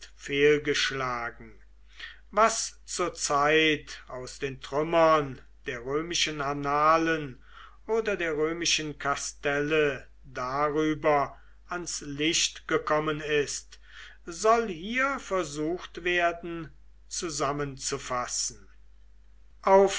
fehlgeschlagen was zur zeit aus den trümmern der römischen annalen oder der römischen kastelle darüber ans licht gekommen ist soll hier versucht werden zusammenzufassen